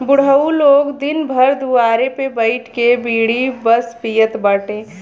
बुढ़ऊ लोग दिन भर दुआरे पे बइठ के बीड़ी बस पियत बाटे